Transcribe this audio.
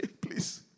please